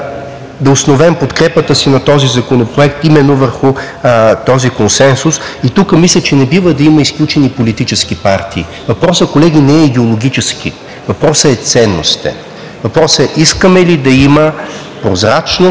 да основем подкрепата си на този законопроект именно върху този консенсус. И тук мисля, че не бива да има изключени политически партии. Въпросът, колеги, не е идеологически. Въпросът е ценностен. Въпросът е: искаме ли да има прозрачност,